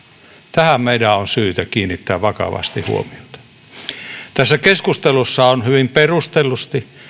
tähän meidän on syytä kiinnittää vakavasti huomiota tässä keskustelussa on hyvin perustellusti